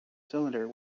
cylinder